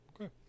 Okay